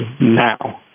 now